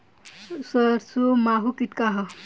सरसो माहु किट का ह?